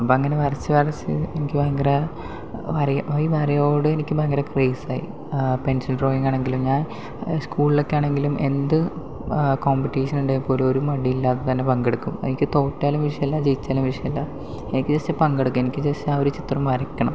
അപ്പോൾ അങ്ങനെ വരച്ച് വരച്ച് എനിക്ക് ഭയങ്കര വരയ ഈ വരയോട് എനിക്ക് ഭയങ്കര ക്രയിസായി പെൻസിൽ ഡ്രോയിങ് ആണെങ്കിലും ഞാൻ സ്കുളിലൊക്കെ ആണെങ്കിലും എന്ത് കോമ്പറ്റിഷൻ ഉണ്ടെങ്കിൽ പോലും ഒരു മടിയില്ലാതെ തന്നെ പങ്കെടുക്കും എനിക്ക് തോറ്റാലും വിഷയമല്ല ജയിച്ചാലും വിഷയമല്ല എനിക്ക് ജസ്റ്റ് പങ്കെടുക്കുക എനിക്ക് ജസ്റ്റ് ആ ഒരു ചിത്രം വരയ്ക്കണം